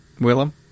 Willem